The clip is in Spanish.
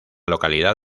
localidad